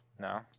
No